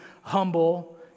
humble